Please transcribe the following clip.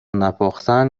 نپختن